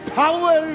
power